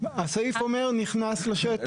הסעיף אומר: נכנס לשטח.